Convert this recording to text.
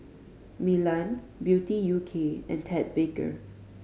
Milan Beauty U K and Ted Baker